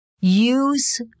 Use